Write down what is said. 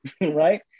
right